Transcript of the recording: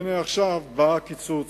הנה עכשיו בא הקיצוץ,